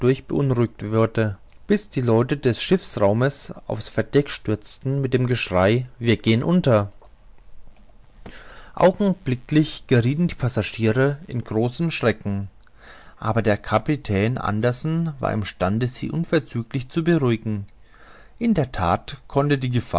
beunruhigt wurde bis die leute des schiffsraumes auf's verdeck stürzten mit dem geschrei wir gehen unter augenblicklich geriethen die passagiere in großen schrecken aber der kapitän anderson war im stande sie unverzüglich zu beruhigen in der that konnte die